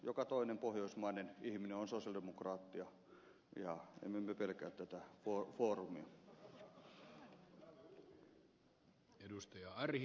joka toinen pohjoismai nen ihminen on sosialidemokraatti ja emme me pelkää tätä foorumia